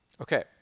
Okay